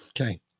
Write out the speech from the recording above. Okay